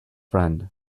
friend